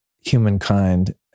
humankind